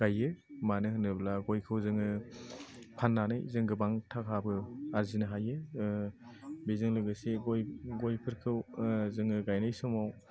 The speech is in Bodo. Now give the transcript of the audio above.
गायो मानो होनोब्ला गयखौ जोङो फाननानै जों गोबां थाखाबो आरजिनो हायो बेजों लोगोसे गय गयफोरखौ जोङो गायनाय समाव